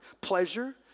pleasure